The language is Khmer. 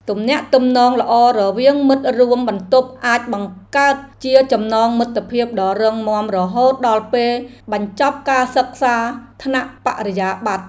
ទំនាក់ទំនងល្អរវាងមិត្តរួមបន្ទប់អាចបង្កើតជាចំណងមិត្តភាពដ៏រឹងមាំរហូតដល់ពេលបញ្ចប់ការសិក្សាថ្នាក់បរិញ្ញាបត្រ។